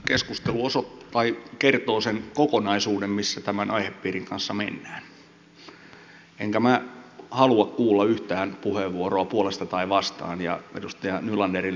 keskustelu kertoo sen kokonaisuuden missä tämän aihepiirin kanssa mennään enkä minä halua kuulla yhtään puheenvuoroa puolesta tai vastaan ja edustaja nylanderillekin